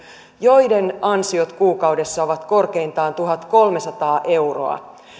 joiden ansiot kuukaudessa ovat korkeintaan tuhatkolmesataa euroa